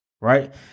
right